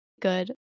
good